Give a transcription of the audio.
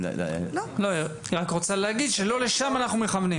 --- היא רק רוצה להגיד שלא לשם אנחנו מכוונים.